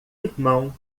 irmão